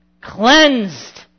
cleansed